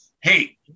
hey